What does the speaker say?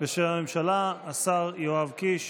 בשם הממשלה, השר יואב קיש.